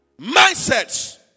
mindsets